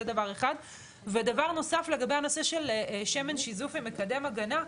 זה דבר אחד ודבר נוסף לגבי הנושא של שמן שיזוף עם מקדם ההגנה,